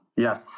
Yes